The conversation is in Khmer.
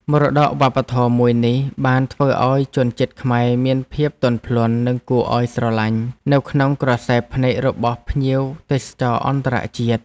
មរតកវប្បធម៌មួយនេះបានធ្វើឱ្យជនជាតិខ្មែរមានភាពទន់ភ្លន់និងគួរឱ្យស្រឡាញ់នៅក្នុងក្រសែភ្នែករបស់ភ្ញៀវទេសចរអន្តរជាតិ។